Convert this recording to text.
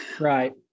Right